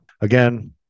again